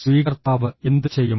സ്വീകർത്താവ് എന്തു ചെയ്യും